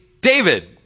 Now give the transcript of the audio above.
David